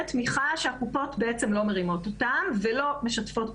תמיכה שהקופות לא מרימות ולא משתפות פעולה.